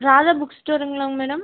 Radha book ஸ்டோருங்களா madam